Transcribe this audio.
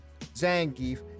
zangief